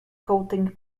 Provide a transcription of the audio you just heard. coating